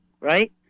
right